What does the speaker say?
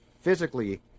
physically